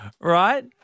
right